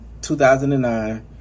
2009